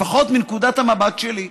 לפחות מנקודת המבט שלי.